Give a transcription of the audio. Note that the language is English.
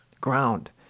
ground